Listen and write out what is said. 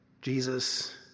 Jesus